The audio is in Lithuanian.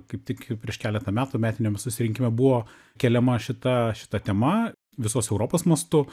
kaip tik prieš keletą metų metiniam susirinkime buvo keliama šita šita tema visos europos mastu